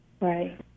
Right